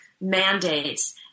mandates